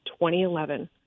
2011